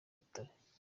rutare